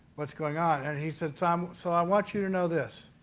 what is going on? and he said, tom, so i want you to know this.